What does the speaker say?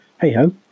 hey-ho